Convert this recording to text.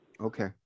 Okay